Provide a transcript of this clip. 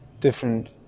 different